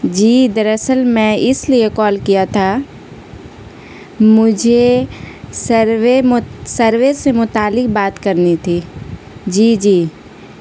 جی دراصل میں اس لیے کال کیا تھا مجھے سروے سروے سے متعلق بات کرنی تھی جی جی